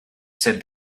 said